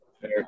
Fair